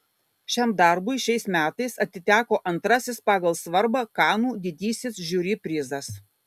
šiam darbui šiais metais atiteko antrasis pagal svarbą kanų didysis žiuri prizas